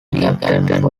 captain